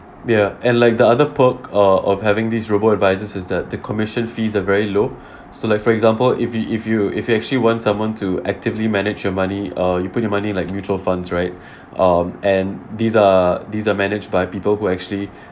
ya and like the other perk uh of having this robo advisors is that the commission fees a very low so like for example if you if you if you actually want someone to actively manage your money uh you put your money like mutual funds right um and these are these are managed by people who actually